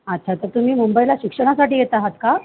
अच्छा तर तुम्ही मुंबईला शिक्षणासाठी येत आहात का